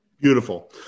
Beautiful